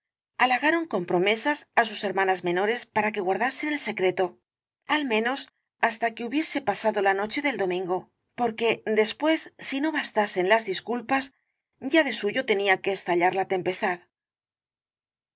halagaron con promesas á sus hermanas menores para que guardasen el secreto al menos hasta que hubiese pasado la noche del dominel caballero de las botas azules go porque después si no bastasen las disculpas ya de suyo tenía que estallar la tempestad